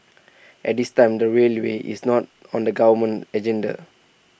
at this time the railway is not on the government's agenda